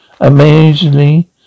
Amazingly